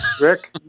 Rick